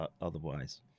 otherwise